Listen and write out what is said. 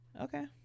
Okay